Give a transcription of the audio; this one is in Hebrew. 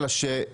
אלה שהם